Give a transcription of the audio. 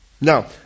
Now